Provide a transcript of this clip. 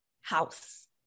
house